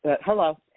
Hello